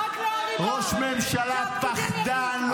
ראש ממשלה פחדן.